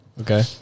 Okay